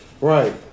Right